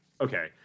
Okay